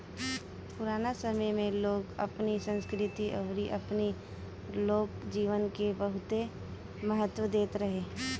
पुराना समय में लोग अपनी संस्कृति अउरी अपनी लोक जीवन के बहुते महत्व देत रहे